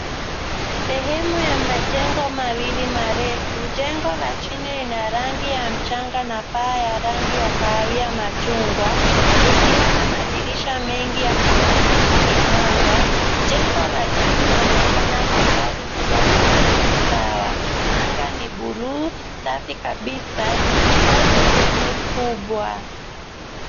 Sehemu ya majengo mawili marefu. Jengo la chini lina rangi ya mchanga na paa ya rangi ya kahawia machungwa likiwa na madirisha mengi yanayoakisi anga. Jengo la juu linaonekana kwa mbali likiwa na rangi sawa. Anga ni bluu safi kabisa likichukua sehemu kubwa.